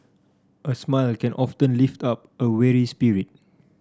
a smile can often lift up a weary spirit